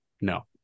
No